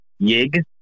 Yig